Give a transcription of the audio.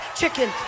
chicken